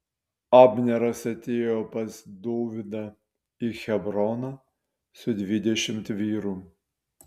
abneras atėjo pas dovydą į hebroną su dvidešimt vyrų